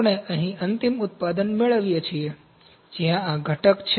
આપણે અહીં અંતિમ ઉત્પાદન મેળવીએ છીએ જ્યાં આ ઘટક છે